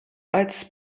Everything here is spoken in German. als